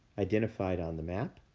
identified on the map.